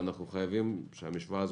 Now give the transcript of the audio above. ואנחנו חייבים לאזן את המשוואה הזאת.